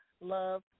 Love